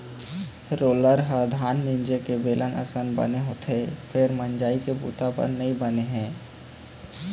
roller ह धान मिंजे के बेलन असन बने होथे फेर मिंजई के बूता बर नइ बने हे